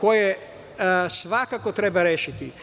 koje svakako treba rešiti.